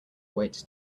wait